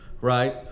right